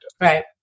Right